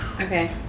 Okay